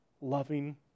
loving